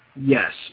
Yes